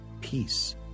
peace